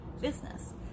business